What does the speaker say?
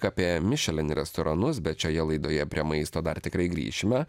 apie mišelin restoranus bet šioje laidoje prie maisto dar tikrai grįšime